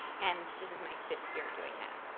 and this is my fifth year doing that.